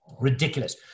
ridiculous